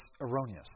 erroneous